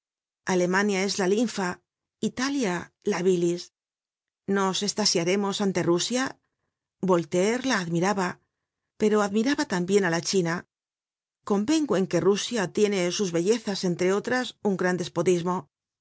alemania es la linfa italia la bilis nos estasiaremos ante rusia voltaire la admiraba pero admiraba tambien á la china convengo en que rusia tiene sus bellezas entre otras un gran despotismo